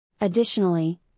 Additionally